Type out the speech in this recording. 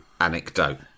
anecdote